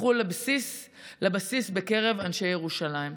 הפכו לבסיס בקרב אנשי ירושלים.